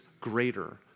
greater